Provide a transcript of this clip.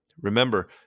Remember